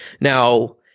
Now